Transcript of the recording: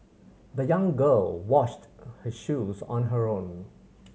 the young girl washed her shoes on her own